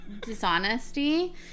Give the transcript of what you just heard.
dishonesty